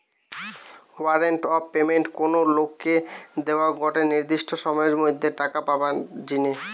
warrant of payment কোনো লোককে দোয়া গটে নির্দিষ্ট সময়ের মধ্যে টাকা পাবার জিনে